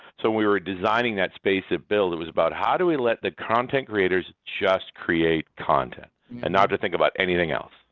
so we were designing that space at build, it was about how do we let the content creators just create content and not to think about anything else.